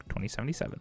2077